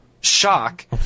Shock